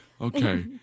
Okay